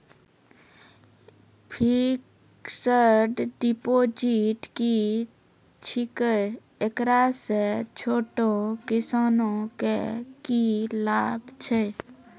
Fixed deposit की छिकै, एकरा से छोटो किसानों के की लाभ छै?